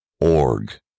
org